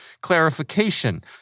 clarification